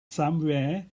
somewhere